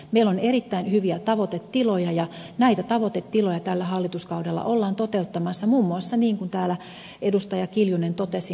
meillä on erittäin hyviä tavoitetiloja ja näitä tavoitetiloja tällä hallituskaudella ollaan toteuttamassa muun muassa niin kuin täällä edustaja kiljunen totesi